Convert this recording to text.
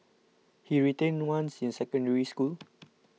he retained once in Secondary School